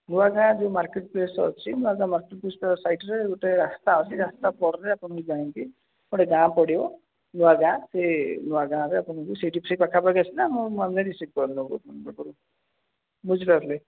ନୂଆଗାଁ ଯେଉଁ market place ଅଛି Nuagaon market place ତା ସାଇଡ଼୍ରେ ଗୋଟେ ରାସ୍ତା ଅଛି ରାସ୍ତାକଡ଼ରେ ଆପଣ ଯାଇକି ଗୋଟେ ଗାଁ ପଡ଼ିବ ନୂଆଗାଁ ସେ ନୂଆଗାଁରେ ଆପଣ ସେଇଠି ସେ ପାଖପାଖି ଆସିଲେ ମୁଁ ମାଲ୍ଗୁଡ଼ା ରିସିଭ୍ କରିନେବୁ ଆପଣଙ୍କ ପାଖରୁ ବୁଝିପାରିଲେ